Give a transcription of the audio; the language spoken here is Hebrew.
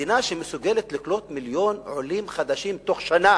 מדינה שמסוגלת לקלוט מיליון עולים חדשים בתוך שנה